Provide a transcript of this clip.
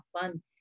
fun